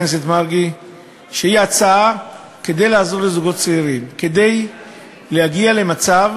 שבאה לעזור לזוגות צעירים לא להגיע למצב